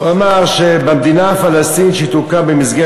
הוא אמר שבמדינה הפלסטינית שתוקם במסגרת